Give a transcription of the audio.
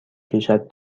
کشد